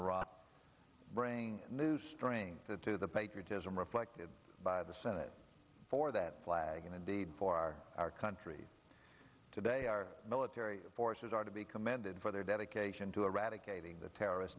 iraq bring new strength into the patriotism reflected by the senate for that flag and indeed for our country today our military forces are to be commended for their dedication to eradicating the terrorist